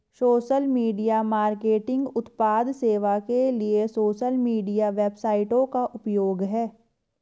social media marketing उत्पाद सेवा के लिए सोशल मीडिया वेबसाइटों का उपयोग है